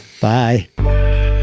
Bye